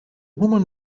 woman